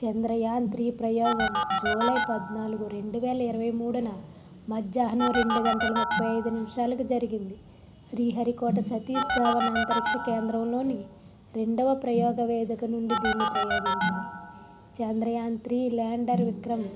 Chandrayaan three ప్రయోగం July పద్నాలుగు రెండువేల ఇరవైమూడున మధ్యాహ్నం రెండుగంటల ముప్పైఐదు నిమిషాలకు జరిగింది శ్రీ హరి కోట సతీష్ దావన్ అంతరిక్ష కేంద్రంలోని రెండవ ప్రయోగ వేదిక నుండి దీన్నీ ప్రయోగించారు చంద్రయాన్ త్రీ ల్యాండర్ విక్రమ్